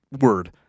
word